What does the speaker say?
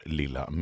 lilla